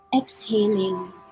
exhaling